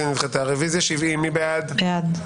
הצבעה בעד,